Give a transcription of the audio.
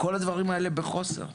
כל הדברים האלה בחוסר,